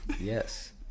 Yes